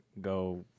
go